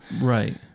Right